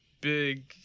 big